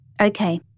Okay